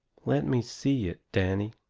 let me see it, danny.